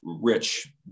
rich